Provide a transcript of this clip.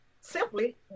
simply